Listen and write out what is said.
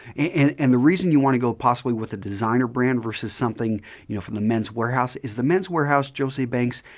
and and the reason you want to go possibly with a designer brand versus something you know from the men's wearhouse is the men's wearhouse, jos. a. bank's,